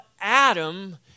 Adam